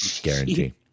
Guarantee